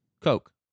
Coke